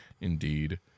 Indeed